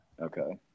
Okay